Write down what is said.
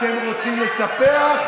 אתם רוצים לספח,